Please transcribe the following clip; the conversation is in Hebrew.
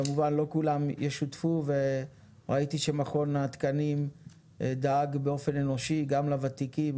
כמובן לא כולם ישותפו וראיתי שמכון התקנים דאג באופן אנושי גם לוותיקים,